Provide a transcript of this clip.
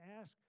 ask